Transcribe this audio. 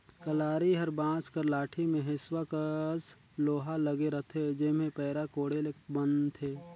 कलारी हर बांस कर लाठी मे हेसुवा कस लोहा लगे रहथे जेम्हे पैरा कोड़े ले बनथे